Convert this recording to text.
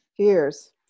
Cheers